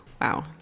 Wow